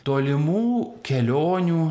tolimų kelionių